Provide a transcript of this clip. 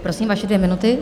Prosím, vaše dvě minuty.